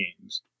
games